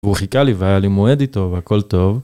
והוא חיכה לי והיה לי מועד איתו והכל טוב.